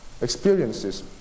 experiences